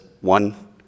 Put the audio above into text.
one